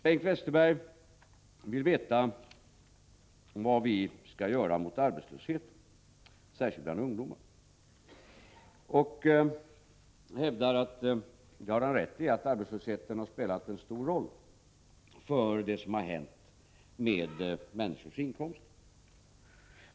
Bengt Westerberg vill veta vad vi skall göra mot arbetslösheten, särskilt ungdomsarbetslösheten. Han hävdar att — det har han rätt i — arbetslösheten har spelat en stor roll för det som har hänt med människornas inkomster.